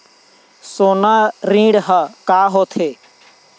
सोना ऋण हा का होते?